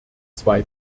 zwei